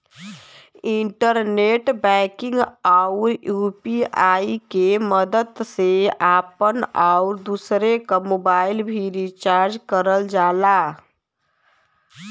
internet banking आउर UPI के मदद से आपन आउर दूसरे क मोबाइल भी रिचार्ज करल जाला